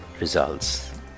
results